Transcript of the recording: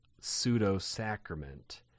pseudo-sacrament